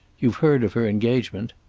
you've heard of her engagement?